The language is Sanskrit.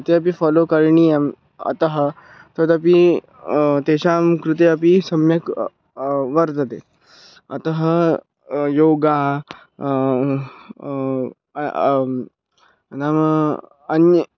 ते अपि फ़ालो करणीयम् अतः तदपि तेषां कृते अपि सम्यक् वर्तते अतः योगः नाम अन्ये